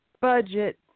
budget